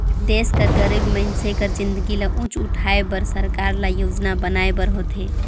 देस कर गरीब मइनसे कर जिनगी ल ऊंच उठाए बर सरकार ल योजना बनाए बर होथे